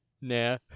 Nah